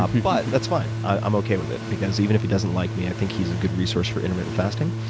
ah but that's fine. i'm okay with it. because even if he doesn't like me, i think he's a good resource for intermittent fasting.